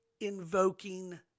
invoking